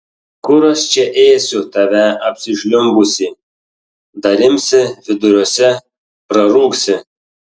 kur aš čia ėsiu tave apsižliumbusį dar imsi viduriuose prarūgsi